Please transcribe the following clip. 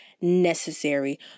necessary